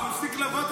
הפסיק לבוא.